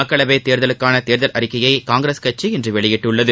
மக்களவைத் தேர்தலுக்காள தேர்தல் அறிக்கையை காங்கிரஸ் கட்சி இன்று வெளியிட்டுள்ளது